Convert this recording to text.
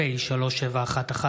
ישיבה פ"ד הישיבה התשעים-וארבע של הכנסת